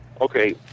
Okay